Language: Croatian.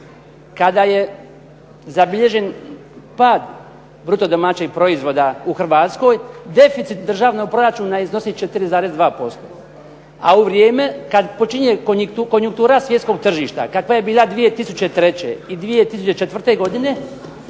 kada je zabilježen pad bruto domaćeg proizvoda u Hrvatskoj, deficit državnog proračuna iznosit će 3,2% a u vrijeme kad počinje konjunktura svjetskog tržišta kakva je bila 2003. i 2004. godine,